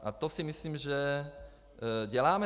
A to si myslím, že děláme.